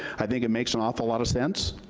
i think it makes an awful lot of sense.